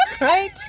Right